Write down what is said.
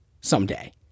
someday